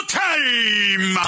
time